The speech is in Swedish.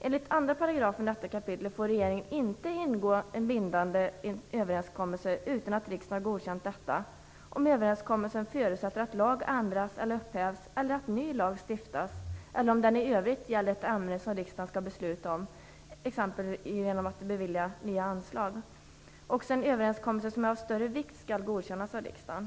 Enligt 2 § i detta kapitel får regeringen inte ingå en bindande överenskommelse utan att riksdagen godkänt detta, om överenskommelsen förutsätter att lag ändras eller upphävs eller att ny lag stiftas eller om den i övrigt gäller ett ämne i vilket riksdagen skall besluta, exempelvis genom att bevilja nya anslag. Också en överenskommelse som är av större vikt skall godkännas av riksdagen.